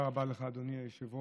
תודה רבה לך, אדוני היושב-ראש.